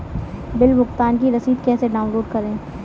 Bill भुगतान की रसीद कैसे डाउनलोड करें?